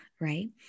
Right